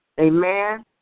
Amen